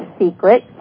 Secret